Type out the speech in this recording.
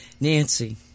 Nancy